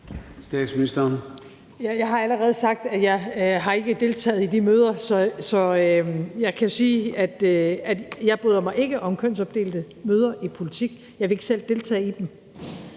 Jeg har allerede sagt, at jeg ikke har deltaget i de møder. Så jeg kan jo sige, at jeg ikke bryder mig om kønsopdelte møder i politik. Jeg vil ikke selv deltage i dem.